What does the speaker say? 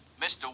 Mr